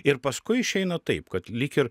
ir paskui išeina taip kad lyg ir